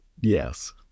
yes